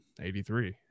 83